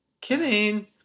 Kidding